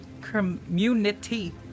community